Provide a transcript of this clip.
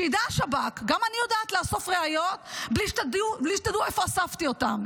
שידע השב"כ שגם אני יודעת לאסוף ראיות בלי שתדעו איפה אספתי אותן.